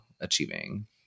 achieving